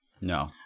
No